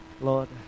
Lord